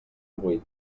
vuit